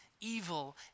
evil